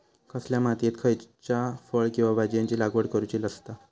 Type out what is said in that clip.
कसल्या मातीयेत खयच्या फळ किंवा भाजीयेंची लागवड करुची असता?